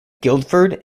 guildford